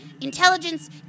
intelligence